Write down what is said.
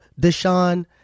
Deshaun